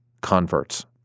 converts